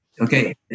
okay